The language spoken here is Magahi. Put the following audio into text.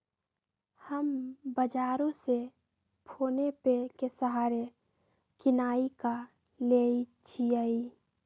हम बजारो से फोनेपे के सहारे किनाई क लेईछियइ